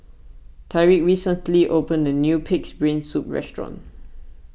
Tyriq recently opened a new Pig's Brain Soup restaurant